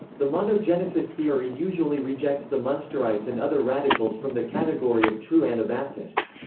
the monogenesis theory usually rejects the munsterites and other radicals from the category of true anabaptists.